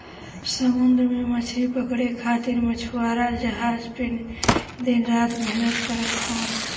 समुंदर में मछरी पकड़े खातिर मछुआरा जहाज पे दिन रात मेहनत करत हवन